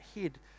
head